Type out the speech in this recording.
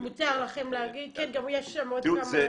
תראו,